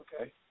Okay